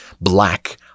black